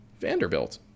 Vanderbilt